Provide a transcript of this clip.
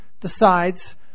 decides